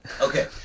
Okay